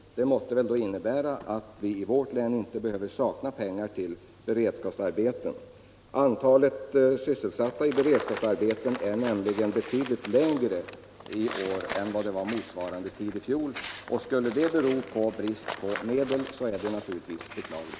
Det måste innebära att vi i vårt län inte behöver sakna pengar till beredskapsarbeten. Antalet sysselsatta i beredskapsarbeten är nämligen betydligt lägre i år än det var motsvarande tid i fjol. Skulle det bero på brist på medel är det naturligtvis beklagligt.